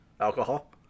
Alcohol